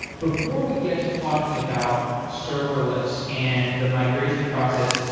before we get to talking about serverless and the migration process,